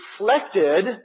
reflected